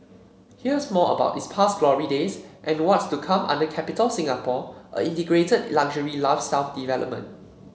here's more about its past glory days and what's to come under Capitol Singapore an integrated luxury lifestyle development